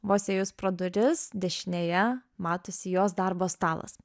vos įėjus pro duris dešinėje matosi jos darbo stalas